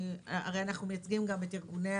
הרי אנחנו מייצגים גם את ארגוני